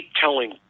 telling